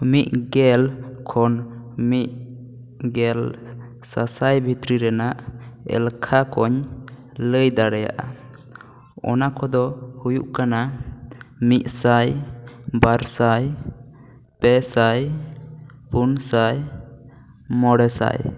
ᱢᱤᱫ ᱜᱮᱞ ᱠᱷᱚᱱ ᱢᱤᱫᱜᱮᱞ ᱥᱟᱥᱟᱭ ᱵᱷᱤᱛᱨᱤ ᱨᱮᱱᱟᱜ ᱮᱞᱠᱷᱟ ᱠᱚ ᱧ ᱞᱟᱹᱭ ᱫᱟᱲᱮᱭᱟᱼᱟ ᱚᱱᱟ ᱠᱚ ᱫᱚ ᱦᱩᱭᱩᱜ ᱠᱟᱱᱟ ᱢᱤᱫ ᱥᱟᱭ ᱵᱟᱨ ᱥᱟᱭ ᱯᱮ ᱥᱟᱭ ᱯᱩᱱ ᱥᱟᱭ ᱢᱚᱬᱮ ᱥᱟᱭ